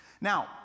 Now